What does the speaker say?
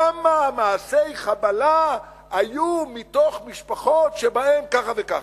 כמה מעשי חבלה היו מתוך משפחות שבהן ככה וככה.